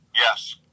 Yes